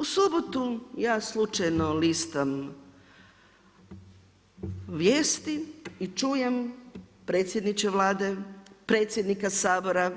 U subotu ja slučajno listam vijesti i čujem predsjedniče Vlade predsjednika Sabora